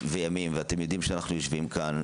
וימים ואתם יודעים שאנחנו יושבים כאן,